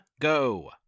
go